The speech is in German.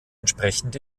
entsprechend